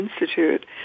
Institute